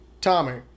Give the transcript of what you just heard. Tommy